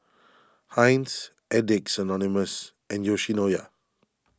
Heinz Addicts Anonymous and Yoshinoya